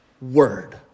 word